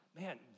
man